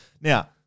Now